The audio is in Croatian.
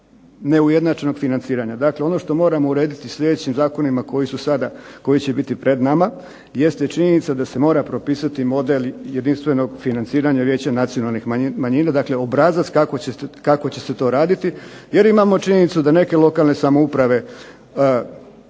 neujednačenog financiranja. Dakle ono što moramo urediti sljedećim zakonima koji su sada, koji će biti pred nama, jeste činjenica da se mora propisati model jedinstvenog financiranja Vijeća nacionalnih manjina, dakle obrazac kako će se to raditi, jer imamo činjenicu da neke lokalne samouprave